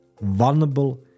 vulnerable